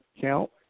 count